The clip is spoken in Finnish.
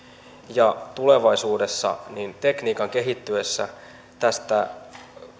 ja tulevaisuudessa tekniikan kehittyessä